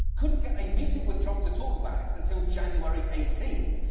couldn't get a meeting with trump to talk about it until january eighteenth.